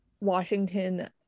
Washington